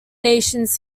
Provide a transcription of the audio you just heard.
nations